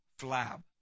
flab